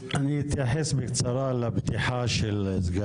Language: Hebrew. אדם אחר הולך להיות מופקד על תפקיד בכיר